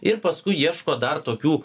ir paskui ieško dar tokių